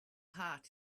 heart